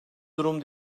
durum